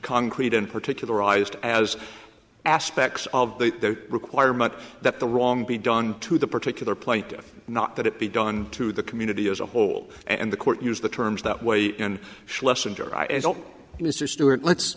concrete and particularized as aspects of the requirement that the wrong be done to the particular point not that it be done to the community as a whole and the court used the terms that way in schlesinger mr stewart let's